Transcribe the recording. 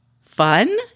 fun